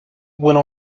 went